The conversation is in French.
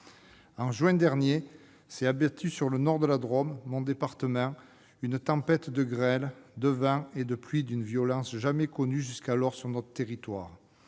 En juin dernier s'est abattue sur le nord de la Drôme, mon département, une tempête de grêle, de vent et de pluie d'une violence jamais connue jusqu'alors sur notre territoire.